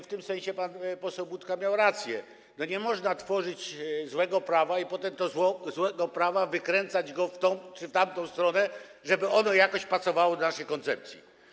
W tym sensie pan poseł Budka miał rację, że nie można tworzyć złego prawa i potem tego złego prawa wykręcać w tę czy w tamtą stronę, żeby ono jakoś pasowało do naszej koncepcji.